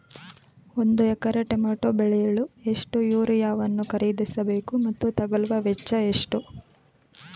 ಒಂದು ಎಕರೆ ಟಮೋಟ ಬೆಳೆಯಲು ಎಷ್ಟು ಯೂರಿಯಾವನ್ನು ಖರೀದಿಸ ಬೇಕು ಮತ್ತು ತಗಲುವ ವೆಚ್ಚ ಎಷ್ಟು?